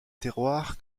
terroirs